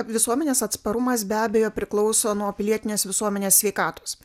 visuomenės atsparumas be abejo priklauso nuo pilietinės visuomenės sveikatos